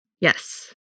Yes